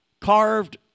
carved